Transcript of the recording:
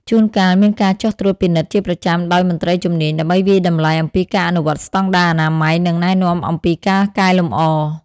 ជួនកាលមានការចុះត្រួតពិនិត្យជាប្រចាំដោយមន្ត្រីជំនាញ ដើម្បីវាយតម្លៃអំពីការអនុវត្តស្តង់ដារអនាម័យ និងណែនាំអំពីការកែលម្អ ។